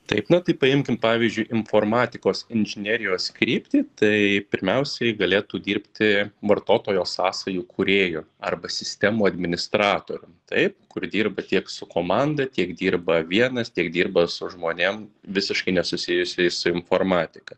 taip na tai paimkim pavyzdžiui informatikos inžinerijos kryptį tai pirmiausiai galėtų dirbti vartotojo sąsajų kūrėju arba sistemų administratorium taip kur dirba tiek su komanda tiek dirba vienas tiek dirba su žmonėm visiškai nesusijusiais su informatika